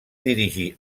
dirigir